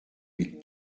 mille